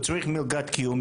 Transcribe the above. הוא צריך מלגת קיום,